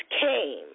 came